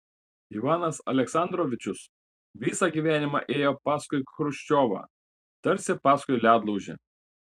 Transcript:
ivanas aleksandrovičius visą gyvenimą ėjo paskui chruščiovą tarsi paskui ledlaužį